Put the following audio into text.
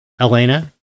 Elena